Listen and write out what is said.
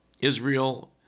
Israel